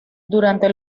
durante